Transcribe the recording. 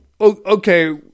okay